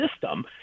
system